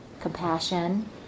compassion